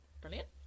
Brilliant